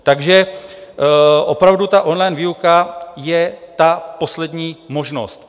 Takže opravdu, online výuka je ta poslední možnost.